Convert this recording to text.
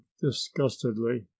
disgustedly